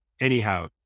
Anyhow